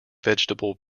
vegetable